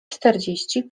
czterdzieści